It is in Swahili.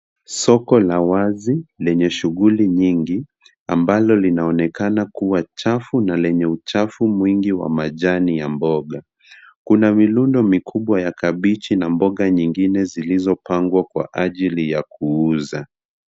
Soko la wazi lenye shughuli nyingi ambalo linaonekana kuwa chafu na lenye uchafu mwingi wa majani ya mboga. Kuna ya mirundo mikubwa ya kabichi na mboga nyingine zilizopangwa kwa ajili ya kuuza.